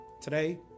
Today